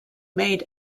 made